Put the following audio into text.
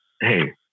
hey